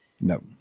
no